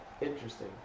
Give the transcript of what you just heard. Interesting